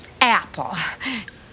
apple